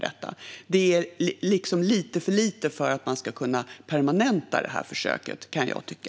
Det är lite för lite för att man ska permanenta försöket, kan jag tycka.